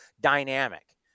dynamic